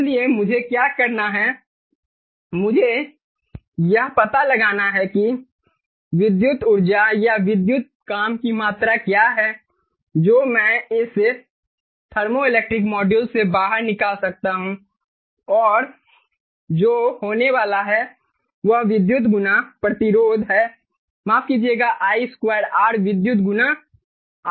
इसलिए मुझे क्या करना है मुझे यह पता लगाना है कि विद्युत ऊर्जा या विद्युत काम की मात्रा क्या है जो मैं इस थर्मोइलेक्ट्रिक मॉड्यूल से बाहर निकाल सकता हूं और जो होने वाला है वह विद्युत गुना प्रतिरोध है माफ़ कीजियेगा I2R विद्युत वर्ग गुना RL है